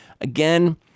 Again